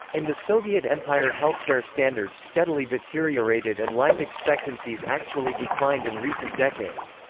in the soviet empire healthcare standards steadily deteriorated and life expectancies actually declined in recent decades.